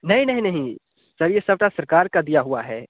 नहीं नहीं नहीं सर ये सब तो सरकार का दिया हुआ है